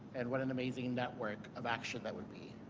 and what an amazing network of action that would be.